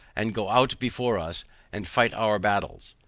and go out before us and fight our battles.